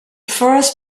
first